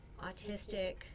autistic